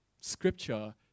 scripture